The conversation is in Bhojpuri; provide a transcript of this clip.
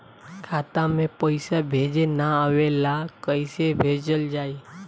खाता में पईसा भेजे ना आवेला कईसे भेजल जाई?